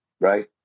Right